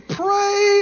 pray